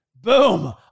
boom